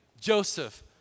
Joseph